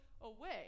away